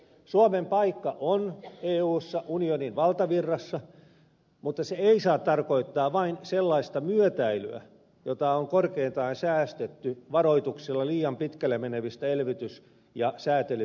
suomen paikka on eussa unionin valtavirrassa mutta se ei saa tarkoittaa vain sellaista myötäilyä jota on korkeintaan säestetty varoituksilla liian pitkälle menevistä elvytys ja säätelypyrkimyksistä